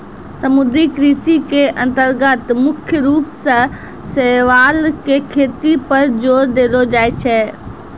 समुद्री कृषि के अन्तर्गत मुख्य रूप सॅ शैवाल के खेती पर जोर देलो जाय छै